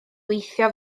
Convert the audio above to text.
weithio